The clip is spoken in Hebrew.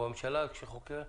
אן הממשלה כשחוקקה,